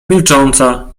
milcząca